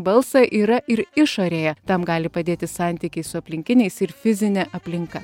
balsą yra ir išorėje tam gali padėti santykiai su aplinkiniais ir fizinė aplinka